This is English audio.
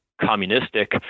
communistic